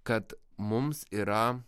kad mums yra